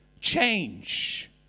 change